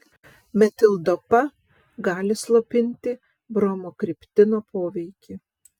metildopa gali slopinti bromokriptino poveikį